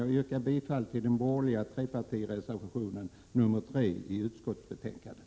Jag yrkar bifall till den borgerliga trepartireservationen nr 3 i utskottsbetänkandet.